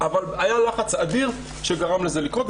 אבל היה לחץ אדיר שגרם לזה לקרות,